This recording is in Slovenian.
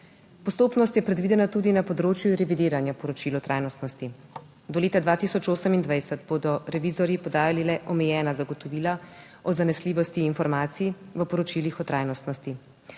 Postopnost je predvidena tudi na področju revidiranja poročil o trajnostnosti. Do leta 2028 bodo revizorji podajali le omejena zagotovila o zanesljivosti informacij v poročilih o trajnostnosti.